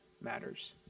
matters